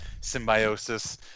symbiosis